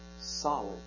solid